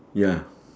ya